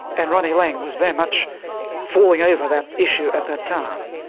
and ronnie laing was very much falling over that issue at that time.